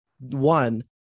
one